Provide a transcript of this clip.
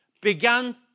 began